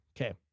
Okay